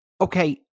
Okay